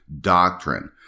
doctrine